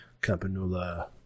Campanula